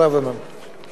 תודה רבה.